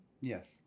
Yes